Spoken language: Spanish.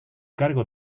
cargo